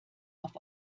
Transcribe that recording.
auf